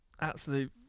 absolute